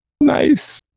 nice